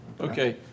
Okay